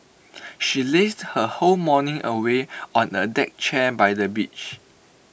she lazed her whole morning away on A deck chair by the beach